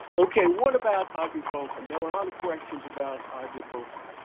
okay, what about ibuprofen? there were a lot of questions about ibuprofen.